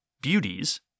beauties